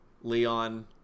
Leon